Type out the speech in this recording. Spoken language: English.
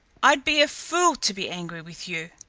i'd be a fool to be angry with you.